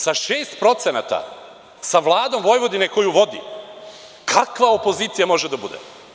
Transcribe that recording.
Sa 6%, sa Vladom Vojvodine koju vodi, kakva opozicija može da bude?